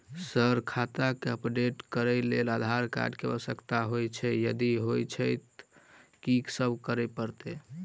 Sir खाता केँ update करऽ लेल आधार कार्ड केँ आवश्यकता होइ छैय यदि होइ छैथ की सब करैपरतैय?